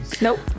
Nope